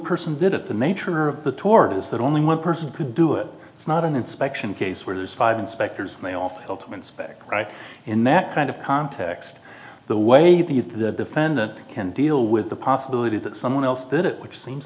person did it the nature of the tortoise that only one person could do it it's not an inspection case where there's five inspectors and they all fail to inspect right in that kind of context the way the defendant can deal with the possibility that someone else did it which seems